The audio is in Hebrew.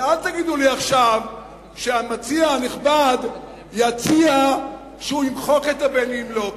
ואל תגידו לי עכשיו שהמציע הנכבד יציע שהוא ימחק את ה"בין אם לא",